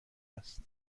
است